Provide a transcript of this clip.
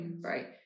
right